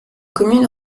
commune